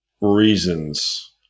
reasons